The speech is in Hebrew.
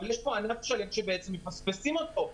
אבל יש פה ענף שלם שמפספסים אותו.